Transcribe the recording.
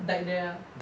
died there ah